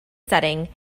setting